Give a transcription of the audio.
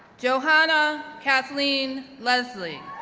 johanna kathleen leslie,